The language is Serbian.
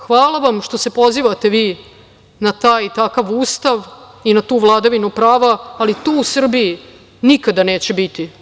Hvala vam što se pozivate vi na taj takav ustav i na tu vladavinu prava, ali to u Srbiji nikada neće biti.